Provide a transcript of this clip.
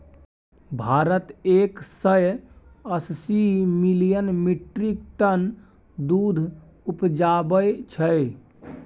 भारत एक सय अस्सी मिलियन मीट्रिक टन दुध उपजाबै छै